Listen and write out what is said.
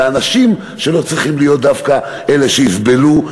באנשים שלא צריכים להיות דווקא אלה שיסבלו,